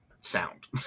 sound